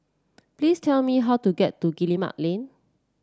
please tell me how to get to Guillemard Lane